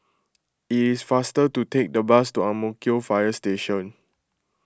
it is faster to take the bus to Ang Mo Kio Fire Station